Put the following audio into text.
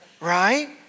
Right